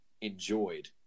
enjoyed